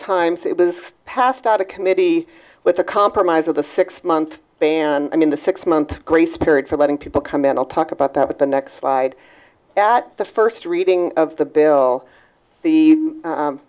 times it was passed out of committee with a compromise with a six month ban i mean the six month grace period for letting people come in we'll talk about that with the next slide at the first reading of the bill the